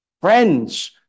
Friends